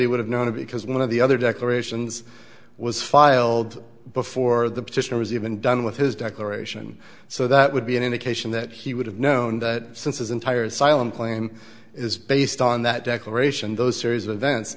he would have known it because one of the other declarations was filed before the petition was even done with his declaration so that would be an indication that he would have known that since his entire silent claim is based on that declaration those series of events